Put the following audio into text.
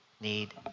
need